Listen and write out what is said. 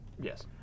Yes